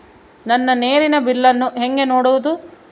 ನನ್ನ ನೇರಿನ ಬಿಲ್ಲನ್ನು ಹೆಂಗ ನೋಡದು?